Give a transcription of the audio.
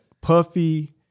Puffy